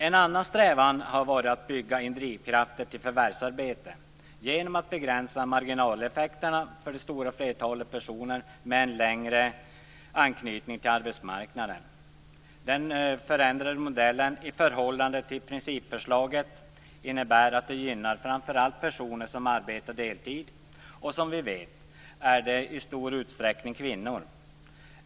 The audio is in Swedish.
En annan strävan har varit att bygga in drivkraften till förvärvsarbete genom att begränsa marginaleffekterna för det stora flertalet med en längre anknytning till arbetsmarknaden. Den förändrade modellen i förhållande till principförslaget innebär att detta gynnar framför allt personer som arbetar deltid. Som vi vet är det i stor utsträckning kvinnor.